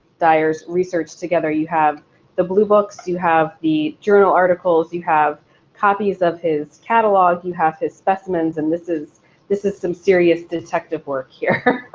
dyar's research together. you have the blue books, you have the journal articles, you have copies of his catalog, you have his specimens. and this is this is some serious detective work here.